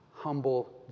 humble